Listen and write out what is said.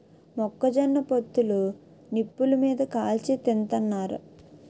మొక్క జొన్న పొత్తులు నిప్పులు మీది కాల్చి తింతన్నారు